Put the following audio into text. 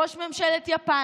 ראש ממשלת יפן,